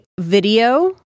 video